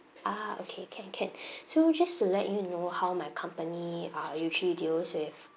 ah okay can can so just to let you know how my company ah usually deals with